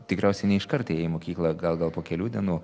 tikriausiai ne iškart ėjai į mokyklą gal gal po kelių dienų